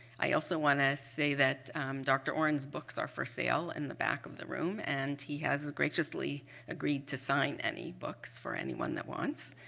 i also want to say that dr. oren's books are for sale in the back of the room, and he has graciously agreed to sign any books for anyone that wants.